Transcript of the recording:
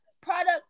product